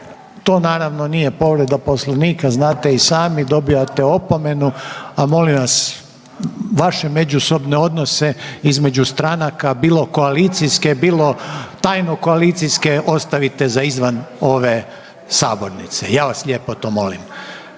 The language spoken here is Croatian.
to naravno nije povreda Poslovnika znate i sami, dobijate opomenu, a molim vas vaše međusobne odnose između stranaka bilo koalicijske, bilo tajno koalicijske ostavite za izvan ove sabornice. Ja vas lijepo to molim.